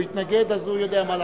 הוא התנגד, אז הוא יודע מה לעשות.